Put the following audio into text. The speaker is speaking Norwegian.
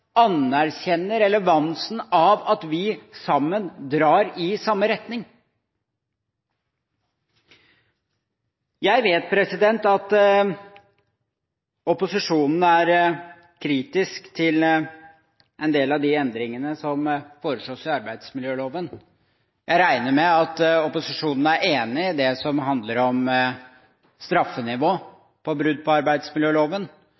relevansen av at vi sammen drar i samme retning. Jeg vet at opposisjonen er kritisk til en del av de endringene som foreslås i arbeidsmiljøloven. Jeg regner med at opposisjonen er enig i det som handler om